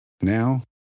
Now